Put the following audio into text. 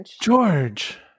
George